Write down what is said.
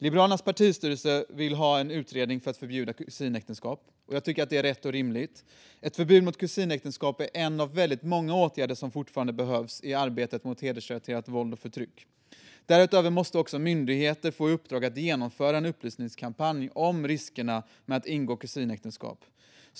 Liberalernas partistyrelse vill ha en utredning om att förbjuda kusinäktenskap. Jag tycker att det är rätt och rimligt. Ett förbud mot kusinäktenskap är en av väldigt många åtgärder som fortfarande behövs i arbetet mot hedersrelaterat våld och förtryck. Därutöver måste också myndigheter få i uppdrag att genomföra en upplysningskampanj om riskerna med att ingå kusinäktenskap.